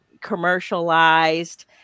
commercialized